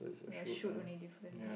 the shoot only different